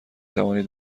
توانید